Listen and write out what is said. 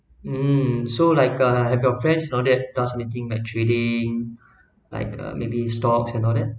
mm so like have your friends know that does meeting that trading like uh maybe stocks and all that